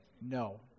No